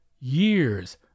years